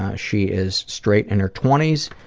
ah she is straight, in her twenties.